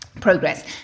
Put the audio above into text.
progress